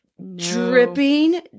dripping